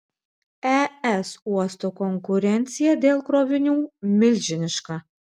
es uostų konkurencija dėl krovinių milžiniška